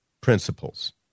principles